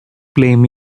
blame